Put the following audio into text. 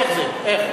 איך זה?